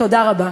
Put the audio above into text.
תודה רבה.